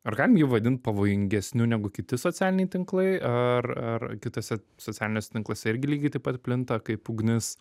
ar galim jį vadint pavojingesniu negu kiti socialiniai tinklai ar ar kituose socialiniuose tinkluose irgi lygiai taip pat plinta kaip ugnis